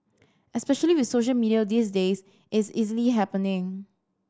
especially with social media these days it's easily happening